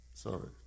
Sorry